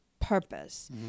purpose